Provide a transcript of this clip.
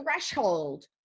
threshold